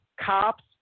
cops